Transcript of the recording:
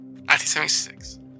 1976